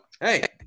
Hey